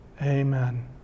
Amen